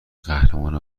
قهرمان